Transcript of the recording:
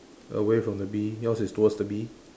away from the bee yours is towards the bee